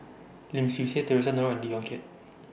Lim Swee Say Theresa Noronha and Lee Yong Kiat